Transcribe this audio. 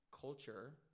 culture